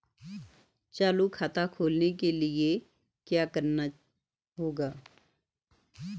चालू खाता खोलने के लिए क्या करना होगा?